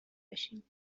بشیم